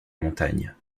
montagne